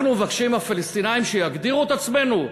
אנחנו מבקשים מהפלסטינים שיגדירו את עצמנו?